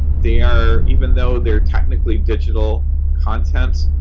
they are even though they're technically digital content,